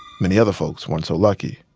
many other folks weren't so lucky.